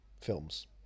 films